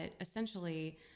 essentially